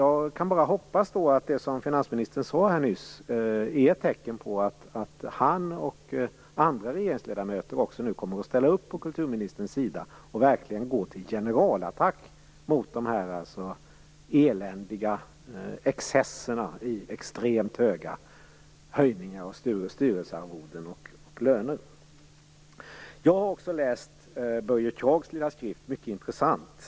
Jag kan bara hoppas att det som finansministern nyss här sade är ett tecken på att han och andra regeringsledamöter nu kommer att ställa upp på kulturministerns sida och verkligen gå till generalattack mot de eländiga excesserna i form av extremt stora höjningar av styrelsearvoden och löner. Också jag har läst Börje Kraghs lilla skrift. Den är mycket intressant.